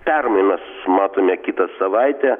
permainas matome kitą savaitę